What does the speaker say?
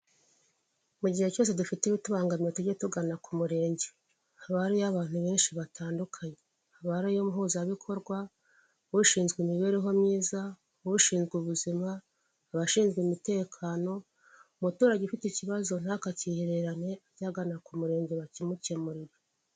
Mu gihe cyose dufite ibitubangamiye tujye tugana ku murenge, haba hariho abantu benshi batandukanye, haba hariyo umuhuzabikorwa ushinzwe imibereho myiza, ushinzwe ubuzima, abashinzwe umutekano, umuturage ufite ikibazo ntakakihererane ajye agana ku murenge bakimukemurire.